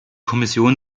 kommission